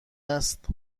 است